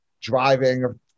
driving